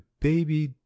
baby